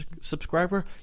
subscriber